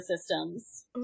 systems